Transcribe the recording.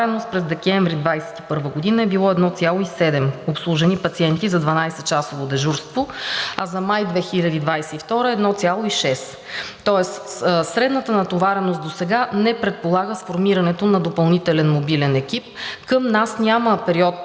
средната натовареност през декември 2021 г. е била 1,7 обслужени пациенти за 12-часово дежурство, а за май 2022 г. – 1,6. Тоест средната натовареност досега не предполага сформирането на допълнителен мобилен екип. Към нас за този период